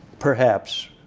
perhaps